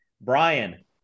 Brian